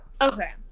okay